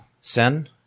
sin